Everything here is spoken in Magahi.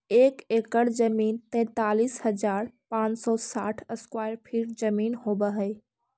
एक एकड़ जमीन तैंतालीस हजार पांच सौ साठ स्क्वायर फीट जमीन होव हई